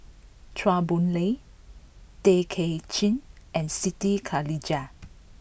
Chua Boon Lay Tay Kay Chin and Siti Khalijah